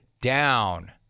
down